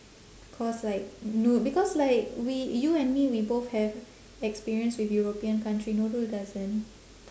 cause like nu~ because like we you and me we both have experience with european country nurul doesn't